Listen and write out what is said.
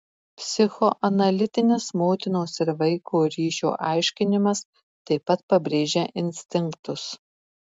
psichoanalitinis motinos ir vaiko ryšio aiškinimas taip pat pabrėžia instinktus